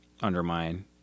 Undermine